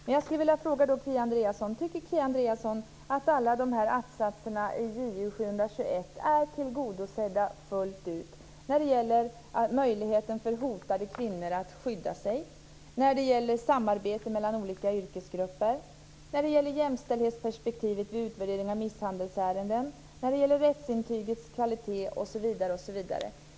Men jag skulle vilja fråga Kia Andreasson: Tycker Kia Andreasson att alla de här attsatserna i Ju721 är tillgodosedda fullt ut - när det gäller möjligheten för hotade kvinnor att skydda sig, när det gäller samarbete mellan olika yrkesgrupper, när det gäller jämställdhetsperspektivet vid utvärdering av misshandelsärenden, när det gäller rättsintygets kvalitet osv.?